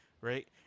right